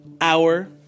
hour